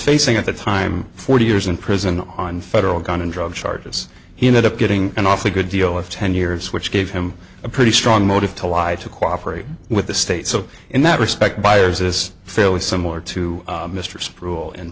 facing at the time forty years in prison on federal gun and drug charges he ended up getting an awfully good deal of ten years which gave him a pretty strong motive to lie to cooperate with the state so in that respect byers this fairly similar to